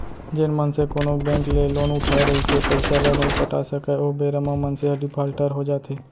जेन मनसे कोनो बेंक ले लोन उठाय रहिथे पइसा ल नइ पटा सकय ओ बेरा म मनसे ह डिफाल्टर हो जाथे